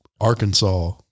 Arkansas